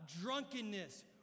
drunkenness